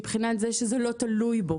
מבחינת זה שזה לא תלוי בו.